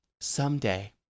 Someday